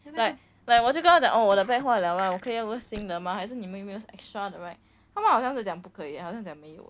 but but 我就跟他讲 oh 我的 bag 坏了 ah 我可以要一个新的吗还是你们有没有 extra 的 right 他们好像是讲不可以好像讲没有